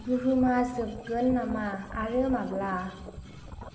बुहुमा जोबगोन नामा आरो माब्ला